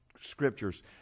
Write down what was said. scriptures